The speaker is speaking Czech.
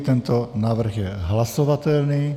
Tento návrh je hlasovatelný.